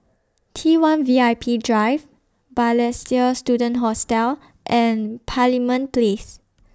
T one V I P Drive Balestier Student Hostel and Parliament